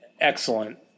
Excellent